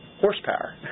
Horsepower